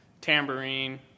tambourine